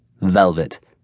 Velvet